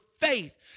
faith